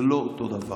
זה לא אותו הדבר.